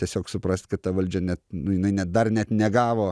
tiesiog suprast kad ta valdžia net nu jinai net dar net negavo